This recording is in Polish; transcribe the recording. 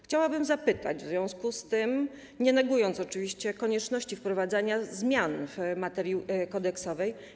Chciałabym zapytać w związku z tym, nie negując oczywiście konieczności wprowadzania zmian w materii kodeksowej: